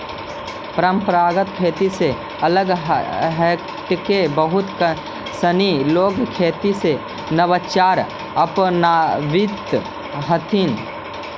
परम्परागत खेती से अलग हटके बहुत सनी लोग खेती में नवाचार अपनावित हथिन